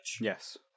Yes